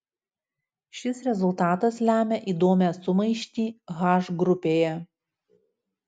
šis rezultatas lemia įdomią sumaištį h grupėje